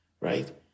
right